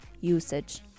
usage